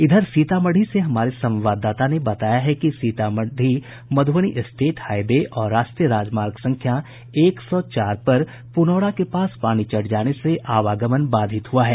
इधर सीतामढ़ी से हमारे संवाददाता ने बताया है कि Sitamarhi Madhubani state highway और राष्ट्रीय राजमार्ग संख्या एक सौ चार पर प्नौरा के पास पानी चढ़ जाने से आवागमन बाधित हुआ है